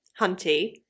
hunty